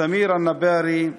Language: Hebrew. סמירא אלנבארי,